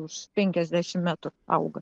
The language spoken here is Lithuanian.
už penkiasdešim metrų auga